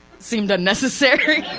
seemed unnecessary.